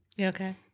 Okay